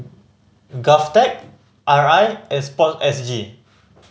GovTech R I and Sport S G